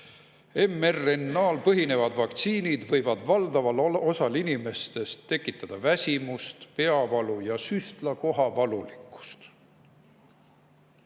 "MRNA‑l põhinevad vaktsiinid võivad valdaval osal inimestest tekitada väsimust, peavalu ja süstlakoha valulikkust.